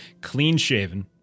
clean-shaven